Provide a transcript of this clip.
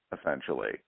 essentially